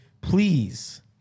Please